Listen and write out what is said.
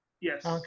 Yes